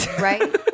right